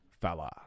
fella